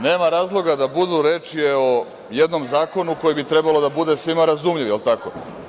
Nema razloga da budu, reč je o jednom zakonu koji bi trebalo da bude svima razumljiv, da li je tako?